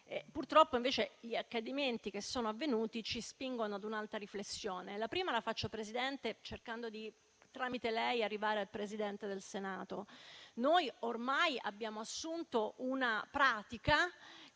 Purtroppo, però, gli accadimenti che sono avvenuti ci spingono invece ad un'altra riflessione. La prima, Presidente, la faccio cercando tramite lei di arrivare al Presidente del Senato. Noi ormai abbiamo assunto una pratica che